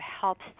helps